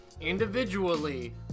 individually